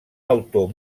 autor